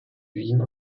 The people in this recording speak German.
wien